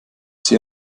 sie